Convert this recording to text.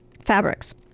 Fabrics